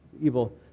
evil